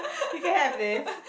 you can have this